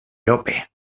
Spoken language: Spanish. lope